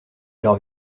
leurs